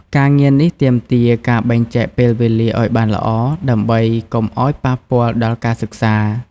ការងារនេះទាមទារការបែងចែកពេលវេលាឲ្យបានល្អ ដើម្បីកុំឲ្យប៉ះពាល់ដល់ការសិក្សា។